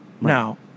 Now